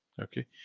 Okay